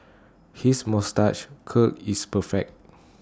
his moustache curl is perfect